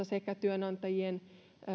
sekä työnantajien